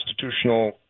constitutional